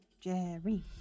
Jerry